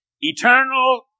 eternal